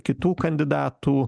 kitų kandidatų